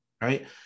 right